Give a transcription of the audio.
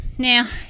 Now